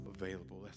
available